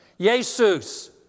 jesus